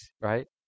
right